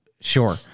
Sure